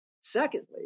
Secondly